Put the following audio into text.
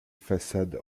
façade